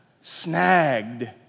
snagged